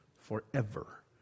Forever